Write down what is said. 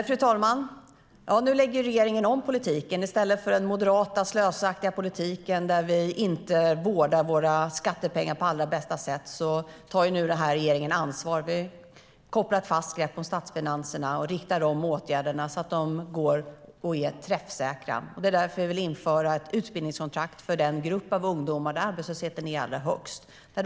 Fru talman! Nu lägger regeringen om politiken. I stället för den moderata slösaktiga politiken där man inte vårdar våra skattepengar på allra bästa sätt tar den här regeringen ansvar. Regeringen har kopplat ett fast grepp om statsfinanserna och riktar om åtgärderna så att de blir träffsäkra. Det är därför som vi vill införa ett utbildningskontrakt för den grupp av ungdomar där arbetslösheten är allra högst.